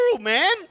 man